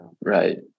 Right